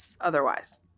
Otherwise